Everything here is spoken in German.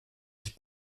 sich